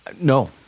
No